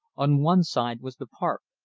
on one side was the park,